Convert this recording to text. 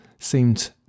seemed